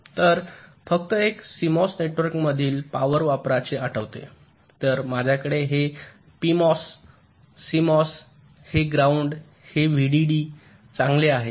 तर फक्त एक सीएमओएस नेटवर्कमधील पॉवर वापराचे आठवते तर माझ्याकडे हे पीएमओएस सीएमओएस हे ग्राउंड हे व्हीडीडी चांगले आहे